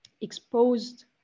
exposed